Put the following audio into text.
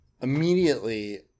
Immediately